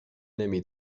نمی